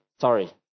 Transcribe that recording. Sorry